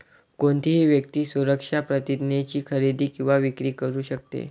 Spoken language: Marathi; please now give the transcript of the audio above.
कोणतीही व्यक्ती सुरक्षा प्रतिज्ञेची खरेदी किंवा विक्री करू शकते